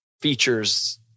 features